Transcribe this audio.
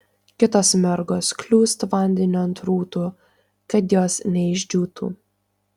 kitos mergos kliūst vandeniu ant rūtų kad jos neišdžiūtų